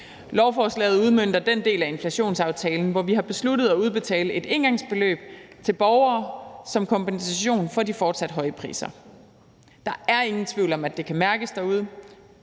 Lovforslaget udmønter den del af inflationsaftalen, hvor vi har besluttet at udbetale et engangsbeløb til borgere som kompensation for de fortsat høje priser. Der er ingen tvivl om, at det kan mærkes derude.